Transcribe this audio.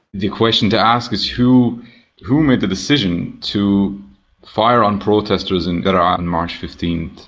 the question to ask is who who made the decision to fire on protesters in daraa on march fifteen.